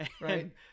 right